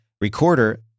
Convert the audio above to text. recorder